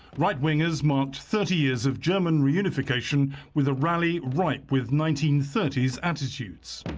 right-wingers marked thirty years of german reunification with a rally ripe with nineteen thirty s attitudes.